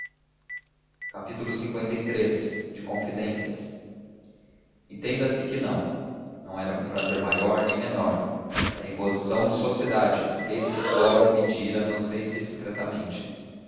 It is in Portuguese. o maior prazer liii de confidências entenda-se que não não era com prazer maior nem menor era imposição de sociedade desde que flora o pedira não sei se discretamente